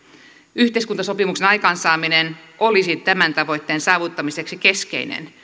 yhteiskuntasopimuksen aikaansaaminen olisi tämän tavoitteen saavuttamiseksi keskeinen